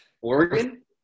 Oregon